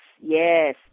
yes